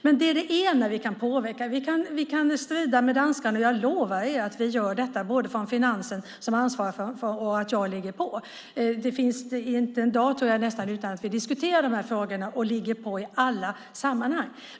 Detta är det ena vi kan påverka. Vi kan strida med danskarna, och jag lovar er att vi gör detta från Finansen, som ansvarar för det, och att också jag ligger på. Det går nästan inte en dag utan att vi diskuterar frågorna och ligger på i alla sammanhang.